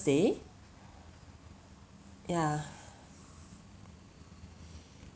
day ya